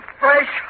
fresh